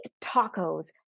tacos